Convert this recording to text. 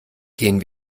gehen